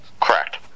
Correct